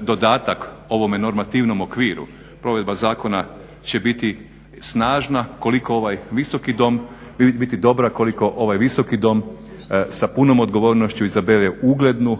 dodatak ovome normativnom okviru, provedba zakona će biti snažna koliko ovaj visoki Dom, biti dobra koliko ovaj visoki Dom sa punom odgovornošću izabere uglednu